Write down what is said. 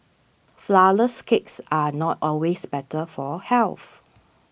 Flourless Cakes are not always better for health